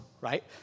right